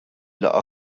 laqgħa